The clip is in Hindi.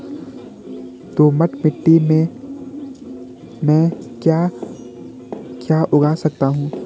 दोमट मिट्टी में म ैं क्या क्या उगा सकता हूँ?